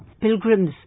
pilgrims